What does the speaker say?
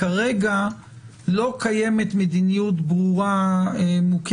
כרגע לא מוכרת מדיניות מוכרת,